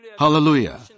Hallelujah